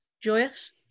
joyous